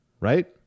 right